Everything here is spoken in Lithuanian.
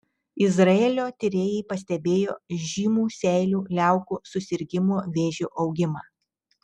izraelio tyrėjai pastebėjo žymų seilių liaukų susirgimo vėžiu augimą